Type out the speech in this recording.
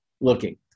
looking